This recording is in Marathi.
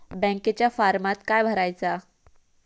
बँकेच्या फारमात काय भरायचा?